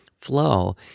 flow